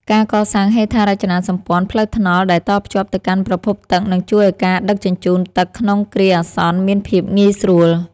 ការកសាងហេដ្ឋារចនាសម្ព័ន្ធផ្លូវថ្នល់ដែលតភ្ជាប់ទៅកាន់ប្រភពទឹកនឹងជួយឱ្យការដឹកជញ្ជូនទឹកក្នុងគ្រាអាសន្នមានភាពងាយស្រួល។